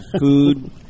food